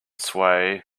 sway